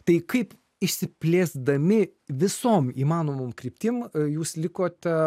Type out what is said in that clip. tai kaip išsiplėsdami visom įmanomom kryptim jūs likote